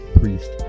priest